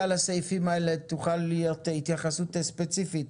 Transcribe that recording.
לסעיפים האלה תוכל להיות לך התייחסות ספציפית.